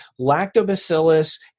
lactobacillus